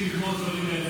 יודעים לבנות דברים מהר,